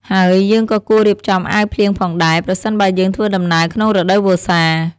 ហើយយើងក៏គួររៀបចំអាវភ្លៀងផងដែរ ប្រសិនបើយើងធ្វើដំណើរក្នុងរដូវវស្សា។